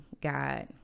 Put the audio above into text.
god